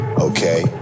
okay